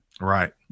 Right